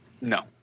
No